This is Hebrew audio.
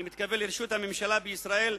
אני מתכוון לרשות הממשלה בישראל,